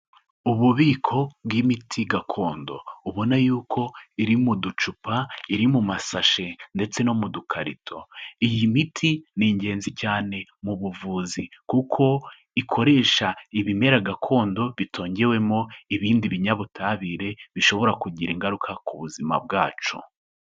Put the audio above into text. Ububiko bw'imiti gakondo, ubona yuko iri mu ducupa, iri mu masashe, ndetse no mu dukarito. Iyi miti ni ingenzi cyane mu buvuzi kuko ikoresha ibimera gakondo bitongewemo ibindi binyabutabire, bishobora kugira ingaruka ku buzima bwacu.